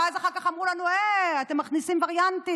ואז אחר כך אמרו לנו: אתם מכניסים וריאנטים.